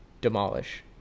demolish